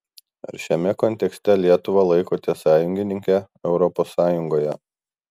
ar šiame kontekste lietuvą laikote sąjungininke europos sąjungoje